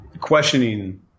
questioning